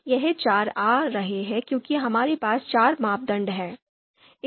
यह चार आ रहे हैं क्योंकि हमारे पास चार मापदंड हैं